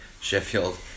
Sheffield